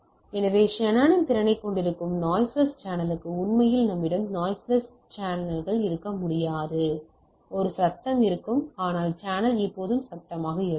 எனவே ஷானனின் திறனைக் கொண்டிருக்கும் நாய்ஸ்லெஸ் சேனலுக்கு உண்மையில் நம்மிடம் நாய்ஸ்லெஸ் சேனல்கள் இருக்க முடியாது ஒருவித சத்தம் இருக்கும் அல்லது சேனல் எப்போதும் சத்தமாக இருக்காது